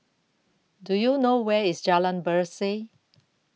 Do YOU know Where IS Jalan Berseh